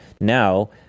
now